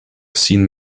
sin